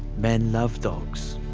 men love dogs.